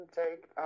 take